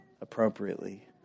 appropriately